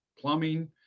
plumbing